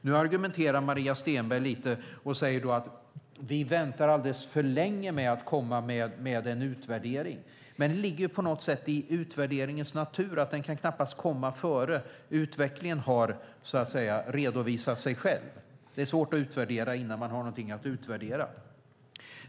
Nu argumenterar Maria Stenberg och säger att vi väntar alldeles för länge med att komma med en utvärdering. Men det ligger på något sätt i utvärderingens natur att den knappast kan komma innan utvecklingen har redovisat sig själv. Det är svårt att utvärdera innan man har någonting att utvärdera.